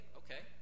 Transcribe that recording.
okay